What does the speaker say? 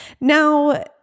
now